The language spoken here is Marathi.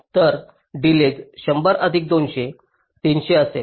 तर डिलेज 100 अधिक 200 300 असेल